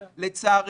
לצערנו,